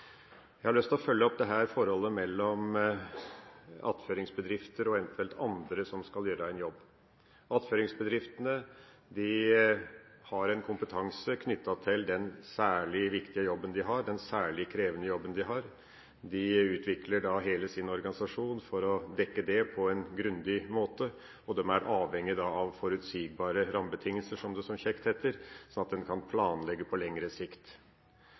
Jeg har lyst til å følge opp forholdet mellom attføringsbedrifter og eventuelt andre som skal gjøre en jobb. Attføringsbedriftene har kompetanse knyttet til den særlig viktige og særlig krevende jobben de har. De utvikler hele sin organisasjon for å dekke dette på en grundig måte. De er avhengige av forutsigbare rammebetingelser – som det så kjekt heter – sånn at de kan planlegge på lengre sikt.